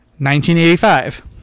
1985